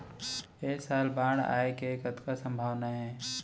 ऐ साल बाढ़ आय के कतका संभावना हे?